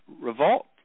revolt